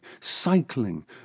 cycling